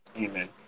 Amen